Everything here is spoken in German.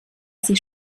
sich